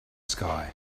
sky